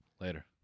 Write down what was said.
Later